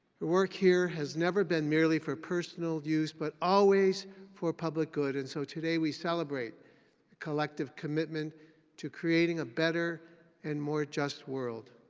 work here has never been merely for personal use but always for public good. and so today we celebrate a collective commitment to creating a better and more just world,